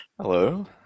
Hello